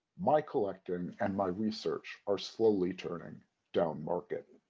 my collecting and my research are slowly turning downmarket.